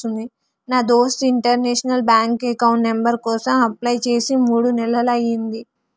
నా దోస్త్ international bank account number కోసం అప్లై చేసి మూడు నెలలయ్యింది